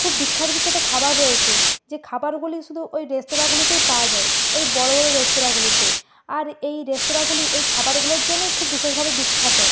খুব বিখ্যাত বিখ্যাত খাবার রয়েছে যে খাবারগুলি শুদু ওই রেস্তোরাঁগুলিতেই পাওয়া যায় ওই বড়ো বড়ো রেস্তোরাঁগুলিতে আর এই রেস্তোরাঁগুলি এই খাবারগুলোর জন্যই খুব বিশেষভাবে বিখ্যাত